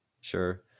Sure